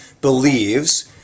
believes